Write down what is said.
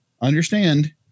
understand